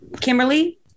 kimberly